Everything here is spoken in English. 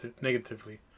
negatively